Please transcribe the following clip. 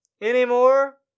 anymore